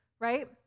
right